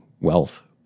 wealth